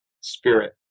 spirit